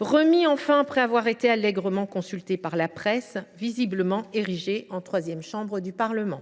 remis qu’après avoir été allègrement consulté par la presse, visiblement érigée en troisième chambre du Parlement.